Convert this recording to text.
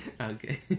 Okay